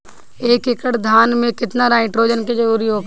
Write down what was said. एक एकड़ धान मे केतना नाइट्रोजन के जरूरी होला?